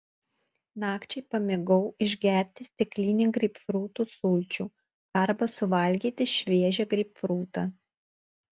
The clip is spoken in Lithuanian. nakčiai pamėgau išgerti stiklinę greipfrutų sulčių arba suvalgyti šviežią greipfrutą